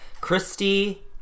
Christy